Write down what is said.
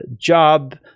job